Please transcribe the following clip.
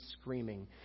screaming